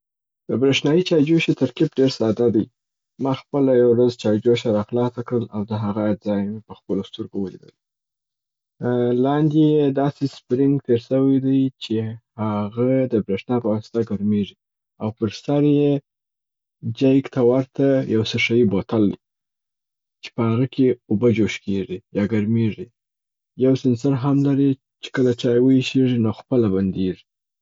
د بریښنايي چایجوشي ترکیب ډېر ساده دی. ما خپله یو ورځ چایجوشه را خلاصه کړل او د هغه اجزاوي مي په خپلو سترګو ولیدي. لاندي یې داسي سپرینګ تیر سوی دی چې هغه د بریښنا په واسطه ګرمیږي، او پر سر یې جیک ته ورته یو سیښیې بوتل دی، چې په هغه کي اوبه جوش کیږي یا ګرمیږي. یو سنسر هم لري چې کله چای و ایشیږي نو خپله بندیږي.